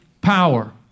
power